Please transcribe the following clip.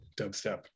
dubstep